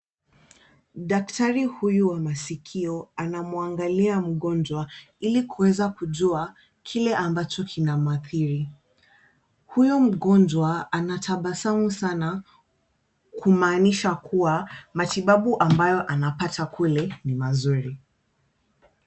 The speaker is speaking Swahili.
Daktari huyu wa masikio anamwangalia mgonjwa ili kuweza kujua kile ambacho kinamwathiri. Huyo mgonjwa anatabasamu sana kumaanisha kuwa, matibabu ambayo anapata kule ni mazuri.